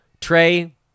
Trey